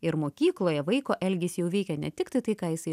ir mokykloje vaiko elgesį jau veikia ne tiktai tai ką jisai